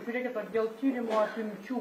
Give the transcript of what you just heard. žiūrėkit o dėl tyrimų apimčių